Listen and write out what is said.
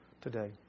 today